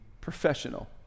professional